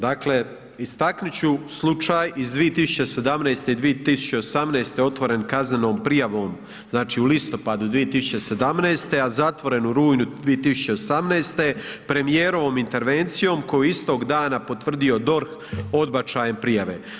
Dakle, istaknut ću slučaj iz 2017. i 2018. otvoren kaznenom prijavom u listopadu 2017., a zatvoren u rujnu 2018. premijerovom intervencijom koju je istog dana potvrdio DORH odbačajem prijave.